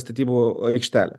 statybų aikštelę